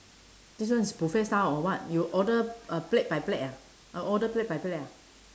this one is buffet style or what you order uh plate by plate ah uh order plate by plate ah